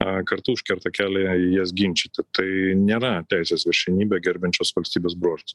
a kartu užkerta kelią jas ginčyti tai nėra teisės viršenybę gerbiančios valstybės bruožas